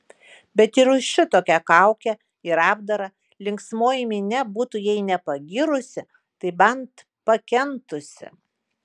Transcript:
bet ir už šitokią kaukę ir apdarą linksmoji minia būtų jei ne pagyrusi tai bent pakentusi